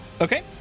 Okay